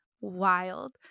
wild